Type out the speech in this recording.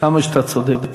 כמה שאתה צודק.